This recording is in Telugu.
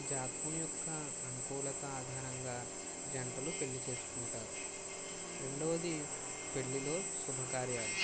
జాతకం యొక్క అనుకూలత ఆధారంగా జంటలు పెళ్లి చేసుకుంటారు రెండోది పెళ్ళిలో శుభకార్యాలు